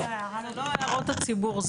זה לא הערות הציבור,